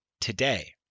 today